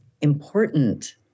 important